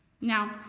Now